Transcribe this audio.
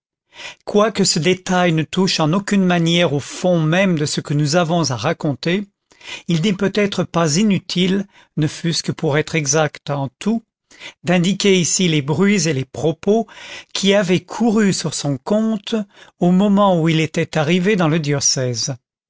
quoique ce détail ne touche en aucune manière au fond même de ce que nous avons à raconter il n'est peut-être pas inutile ne fût-ce que pour être exact en tout d'indiquer ici les bruits et les propos qui avaient couru sur son compte au moment où il était arrivé dans le diocèse